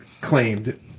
claimed